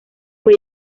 fue